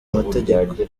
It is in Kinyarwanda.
amategeko